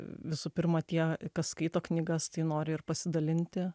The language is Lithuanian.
visų pirma tie kas skaito knygas tai nori ir pasidalinti